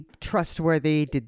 trustworthy